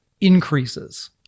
increases